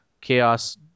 Chaos